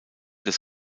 des